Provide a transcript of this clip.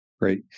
Great